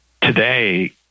Today